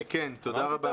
תודה רבה,